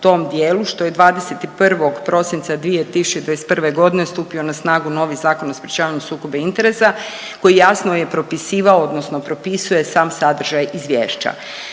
u tom dijelu što je 21. prosinca 2021. godine stupio na snagu novi Zakon o sprječavanju sukoba interesa koji jasno je propisivao odnosno propisuje sam sadržaj izvješća.